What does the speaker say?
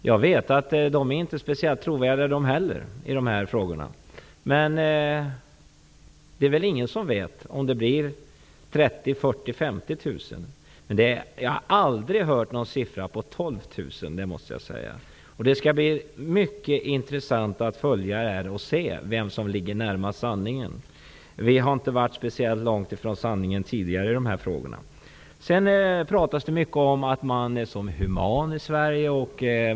Jag vet att de inte är speciellt trovärdiga i de här frågorna heller, och det är väl ingen som vet om det blir 30 000, 40 000 eller 50 000, men jag har aldrig tidigare hört siffran 12 000, måste jag säga. Det skall bli mycket intressant att följa det här och se vem som ligger närmast sanningen. Vi har inte varit speciellt långt från sanningen tidigare i de här frågorna. Det pratas mycket om att vi är humana i Sverige.